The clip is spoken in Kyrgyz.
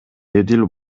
эдил